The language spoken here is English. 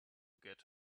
get